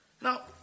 Now